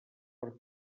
per